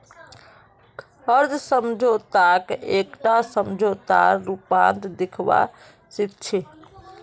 कर्ज समझौताक एकटा समझौतार रूपत देखवा सिख छी